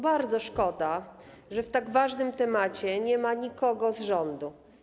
Bardzo szkoda, że w tak ważnym temacie nie ma nikogo z rządu.